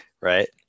right